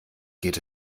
geht